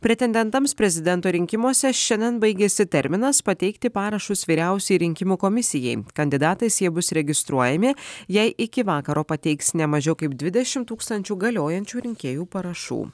pretendentams prezidento rinkimuose šiandien baigiasi terminas pateikti parašus vyriausiajai rinkimų komisijai kandidatais jie bus registruojami jei iki vakaro pateiks ne mažiau kaip dvidešim tūkstančių galiojančių rinkėjų parašų